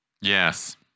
Yes